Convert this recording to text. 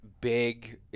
big